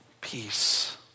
peace